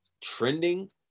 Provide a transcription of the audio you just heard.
trending